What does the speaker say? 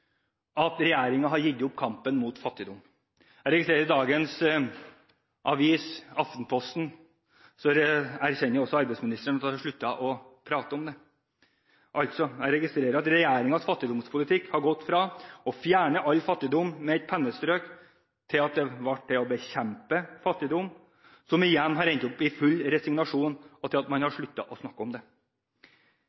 at regjeringen har gitt opp kampen mot fattigdom. Jeg registrerer at arbeidsministeren i dagens Aftenposten erkjenner at hun har sluttet å prate om det. Jeg registrerer altså at regjeringens fattigdomspolitikk har gått fra å ville fjerne all fattigdom med et pennestrøk til å ville bekjempe fattigdom, som så har endt opp i full resignasjon og til at man har